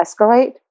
escalate